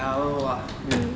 ya lor !wah!